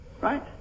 Right